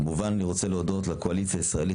כמובן אני רוצה להודות לקואליציה הישראלית